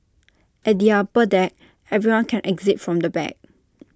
at the upper deck everyone can exit from the back